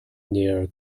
near